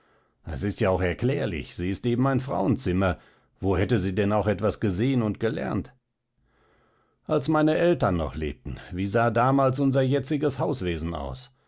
es ist ja auch erklärlich sie ist eben ein frauenzimmer wo hätte sie denn auch etwas gesehen und gelernt als meine eltern noch lebten wie sah damals unser jetziges hauswesen aus